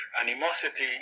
animosity